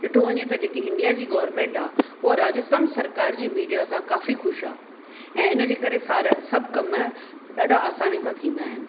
ॾिठो वञे त जेकी इंडिया जी गौरमेंट आहे उहा राजस्थान सरकार जी मीडिया सां काफ़ी ख़ुशि आहे ऐं इन जे करे सारा सभु कम ॾाढा आसानी सां थींदा आहिनि